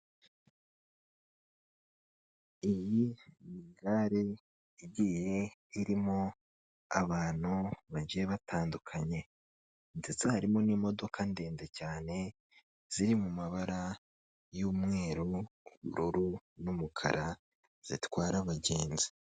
Iyi gare igiye irimo abantu bagiye batandukanye, ndetse harimo n'imodoka ndende cyane ziri mu mabara y'umweru, ubururu n'umukara, zitwara abagenzi.